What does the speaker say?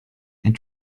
and